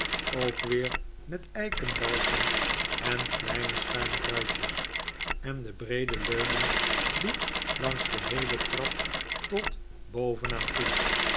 ook weer met eiken balken en kleine schuine ruitjes en de breede leuning liep langs de heele trap tot bovenaan toe